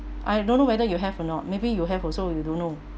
I don't know whether you have or not maybe you have also you don't know